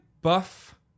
buff